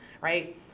right